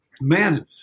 Man